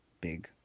Big